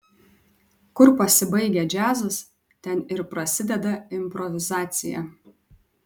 kur pasibaigia džiazas ten ir prasideda improvizacija